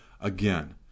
again